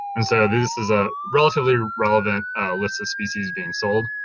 and so this is a relatively relevant list of species being sold.